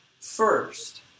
first